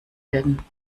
werden